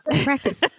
practice